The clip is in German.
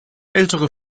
ältere